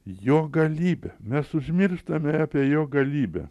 jo galybę mes užmirštame apie jo galybę